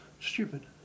Stupid